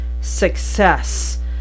success